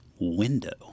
window